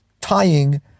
tying